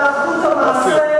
אלא אחדות המעשה,